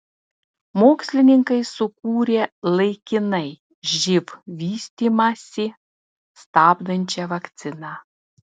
mokslininkai sukūrė laikinai živ vystymąsi stabdančią vakciną